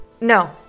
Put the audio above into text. No